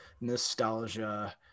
nostalgia